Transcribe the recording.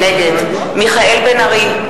נגד מיכאל בן-ארי,